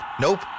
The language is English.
Nope